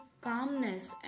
calmness